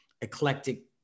eclectic